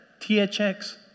THX